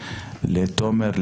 לתומר,